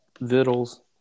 Vittles